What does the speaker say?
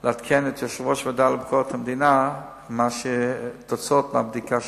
לעדכן את יושב-ראש הוועדה לביקורת המדינה על תוצאות הבדיקה שעשיתי.